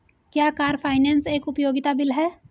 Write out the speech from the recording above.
क्या car finance एक उपयोगिता बिल है?